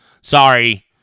Sorry